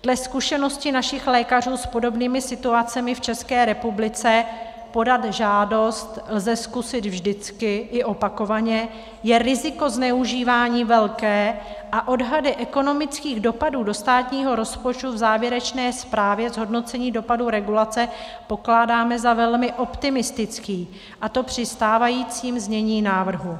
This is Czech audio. Dle zkušeností našich lékařů s podobnými situacemi v České republice podat žádost lze zkusit vždycky i opakovaně, je riziko zneužívání velké, a odhady ekonomických dopadů do státního rozpočtu v závěrečné zprávě Zhodnocení dopadu regulace pokládáme za velmi optimistické, a to při stávajícím znění návrhu.